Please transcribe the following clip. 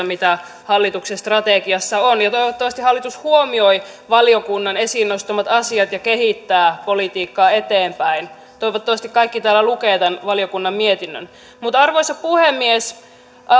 mitä hallituksen strategiassa on toivottavasti hallitus huomioi valiokunnan esiin nostamat asiat ja kehittää politiikkaa eteenpäin toivottavasti kaikki täällä lukevat tämän valiokunnan mietinnön arvoisa puhemies